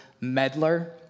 meddler